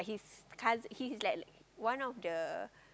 but his cous~ he's like one of the